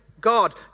God